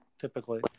typically